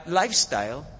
lifestyle